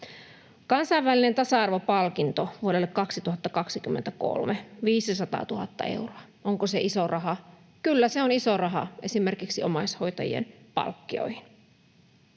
Kansainvälinen tasa-arvopalkinto vuodelle 2023, 500 000 euroa. Onko se iso raha? Kyllä se on iso raha esimerkiksi omaishoitajien palkkioihin.